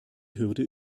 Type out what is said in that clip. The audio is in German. hürde